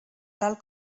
tal